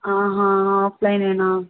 ఆఫ్లైనేనా